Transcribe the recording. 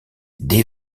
dès